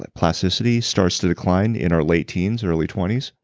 ah plasticity, starts to decline in our late teens, early twenty s.